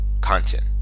content